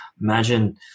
Imagine